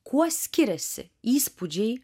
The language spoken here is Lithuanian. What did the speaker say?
kuo skiriasi įspūdžiai